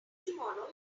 tomorrow